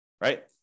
right